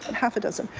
half a dozen.